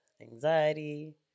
anxiety